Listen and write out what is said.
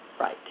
Right